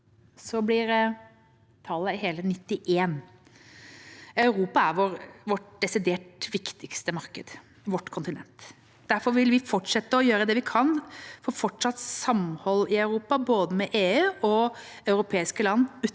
blir tallet hele 91. Europa er vårt desidert viktigste marked – vårt kontinent. Derfor vil vi fortsette å gjøre det vi kan for fortsatt samhold i Europa – både med EU og med europeiske land utenfor